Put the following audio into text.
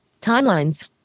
Timelines